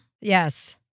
Yes